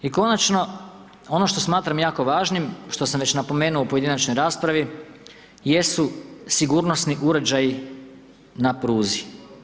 I konačno ono što smatram jako važnim što sam već napomenuo u pojedinačnoj raspravi jesu sigurnosni uređaji na pruzi.